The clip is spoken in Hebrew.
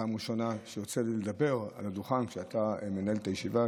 פעם ראשונה שיוצא לי לדבר על הדוכן כשאתה מנהל את הישיבה.